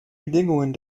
bedingungen